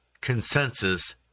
consensus